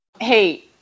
Hey